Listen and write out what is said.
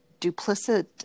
duplicit